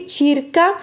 circa